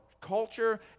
culture